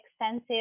extensive